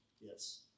Yes